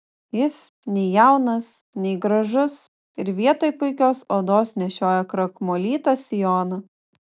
jis nei jaunas nei gražus ir vietoj puikios odos nešioja krakmolytą sijoną